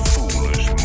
Foolish